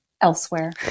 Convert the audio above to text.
Elsewhere